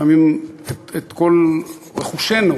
לפעמים את כל רכושנו,